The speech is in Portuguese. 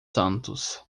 santos